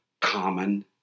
common